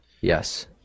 Yes